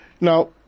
Now